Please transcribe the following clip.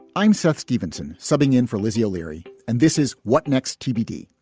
i'm seth stevenson subbing in for lizzie o'leary. and this is what next tbd,